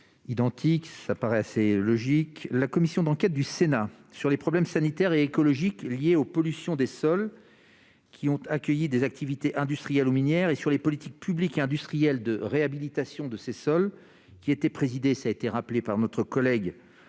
de la commission ? La commission d'enquête du Sénat sur les problèmes sanitaires et écologiques liés aux pollutions des sols qui ont accueilli des activités industrielles ou minières, et sur les politiques publiques et industrielles de réhabilitation de ces sols, qui était présidée par Laurent Lafon et dont